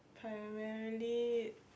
primarily